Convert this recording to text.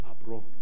abroad